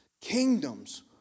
kingdoms